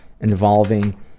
involving